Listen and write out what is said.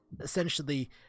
Essentially